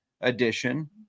edition